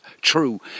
true